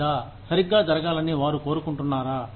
లేదా సరిగ్గా జరగాలని వారు కోరుకుంటున్నారా